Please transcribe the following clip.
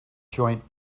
joint